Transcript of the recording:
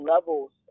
levels